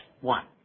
one